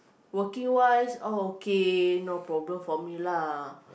working wise all okay no problem for me lah